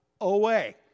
away